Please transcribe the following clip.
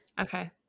Okay